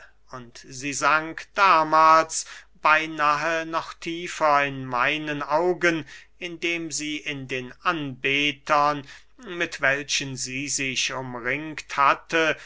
und sie sank damahls beynahe noch tiefer in meinen augen indem sie in den anbetern mit welchen sie sich umringt hatte